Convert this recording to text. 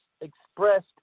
expressed